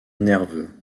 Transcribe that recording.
nerveux